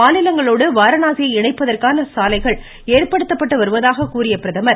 மாநிலங்களோடு வாரணாசியை இணைப்பதற்கான சாலைகள் பிர ஏற்படுத்தப்பட்டு வருவதாக கூறிய அவர்